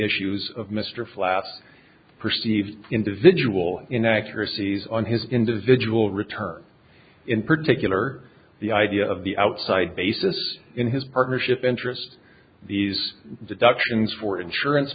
issues of mr flass perceived individual inaccuracies on his individual returns in particular the idea of the outside basis in his partnership interest these deductions for insurance